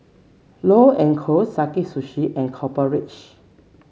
Love and Co Sakae Sushi and Copper Ridge